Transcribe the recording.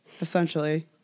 Essentially